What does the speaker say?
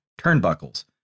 turnbuckles